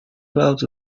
clouds